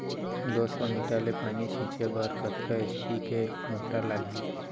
दो सौ मीटर ले पानी छिंचे बर कतका एच.पी के मोटर लागही?